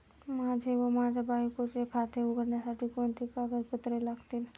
माझे व माझ्या बायकोचे खाते उघडण्यासाठी कोणती कागदपत्रे लागतील?